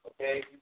Okay